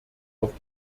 auf